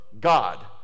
God